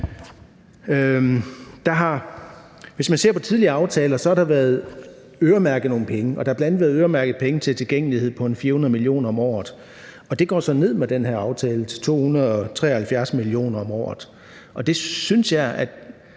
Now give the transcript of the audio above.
Hvis man ser på tidligere aftaler, har der været øremærket nogle penge. Der har bl.a. været øremærket penge til tilgængelighed på ca. 400 mio. kr. om året, og det går med den her aftale så ned til 273 mio. kr. om året, og der synes jeg altså